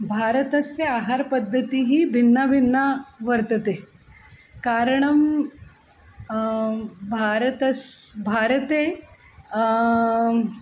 भारतस्य आहारपद्धतिः भिन्ना भिन्ना वर्तते कारणं भारतस्य भारते